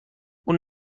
اون